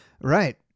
Right